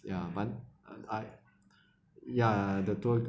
ya but uh I ya the tour